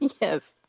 Yes